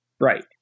Right